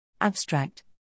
Abstract